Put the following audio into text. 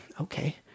okay